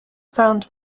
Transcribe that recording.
found